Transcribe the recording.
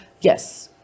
yes